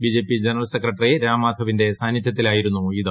BJP general secretary രാംമാധവിന്റെ സാന്നികൃത്തിലായിരുന്നു ഇത്